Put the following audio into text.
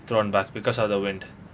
thrown back because of the wind